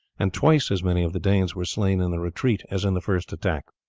and twice as many of the danes were slain in the retreat as in the first attack.